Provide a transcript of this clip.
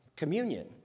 communion